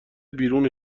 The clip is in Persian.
بیرون